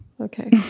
Okay